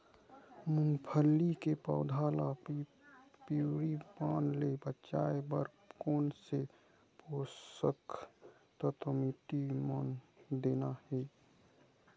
मुंगफली के पौधा ला पिवरी पान ले बचाए बर कोन से पोषक तत्व माटी म देना हे?